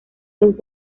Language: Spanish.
los